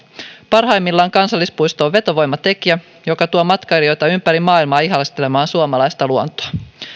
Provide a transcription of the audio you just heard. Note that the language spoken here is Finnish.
parhaimmillaan kansallispuisto on vetovoimatekijä joka tuo matkailijoita ympäri maailmaa ihastelemaan suomalaista luontoa